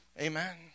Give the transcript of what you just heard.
Amen